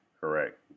correct